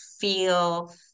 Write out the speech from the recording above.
feel